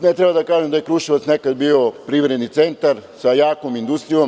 Ne treba da kažem da je Kruševac nekad bio privredni centar sa jakom industrijom.